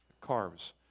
carves